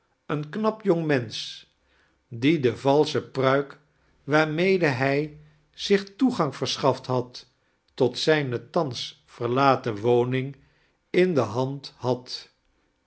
een knap jongmensch die de valsehe prudk waarmede hij zich toegang verschaft had tot zijne thans verlaten woning in de hand had